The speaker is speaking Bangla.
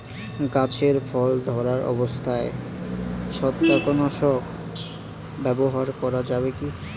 গাছে ফল ধরা অবস্থায় ছত্রাকনাশক ব্যবহার করা যাবে কী?